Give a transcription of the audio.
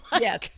Yes